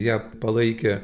ją palaikė